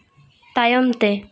ᱛᱟᱭᱚᱢ ᱛᱮ